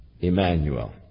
Emmanuel